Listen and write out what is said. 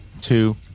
two